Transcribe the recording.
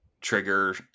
Trigger